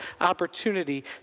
opportunity